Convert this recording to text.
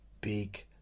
big